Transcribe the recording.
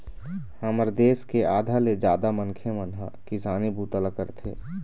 हमर देश के आधा ले जादा मनखे मन ह किसानी बूता ल करथे